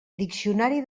diccionari